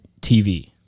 TV